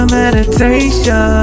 meditation